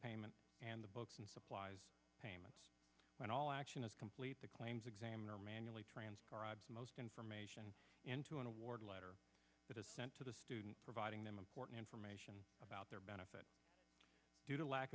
payment and the books and supplies payment and all action is complete the claims examiner manually transcribe the most information into an award letter that is sent to the student providing them important information about their benefit due to lack